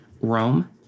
Rome